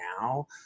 now